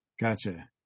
gotcha